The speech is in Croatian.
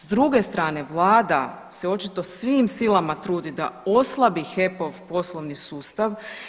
S druge strane Vlada se očito svim silama trudi da oslabi HEP-ov poslovni sustav.